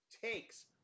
takes